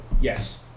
Yes